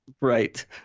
Right